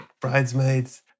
Bridesmaids